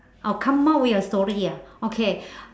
I'll come out with a story ah okay